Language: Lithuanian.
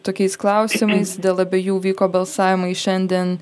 tokiais klausimais dėl abiejų vyko balsavimai šiandien